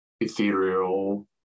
ethereal